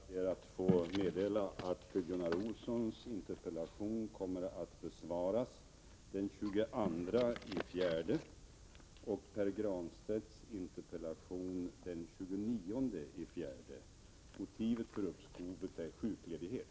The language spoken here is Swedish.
Fru talman! Jag ber att få meddela att Gunnar Olssons interpellation kommer att besvaras den 22 april och Pär Granstedts interpellation den 29 april. Motivet för uppskovet är sjukledighet.